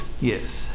Yes